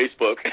Facebook